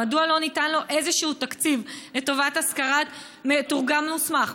מדוע לא ניתן לו איזשהו תקציב לטובת השכרת מתורגמן מוסמך?